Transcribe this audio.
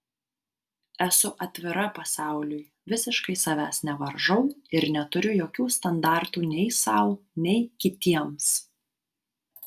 esu atvira pasauliui visiškai savęs nevaržau ir neturiu jokių standartų nei sau nei kitiems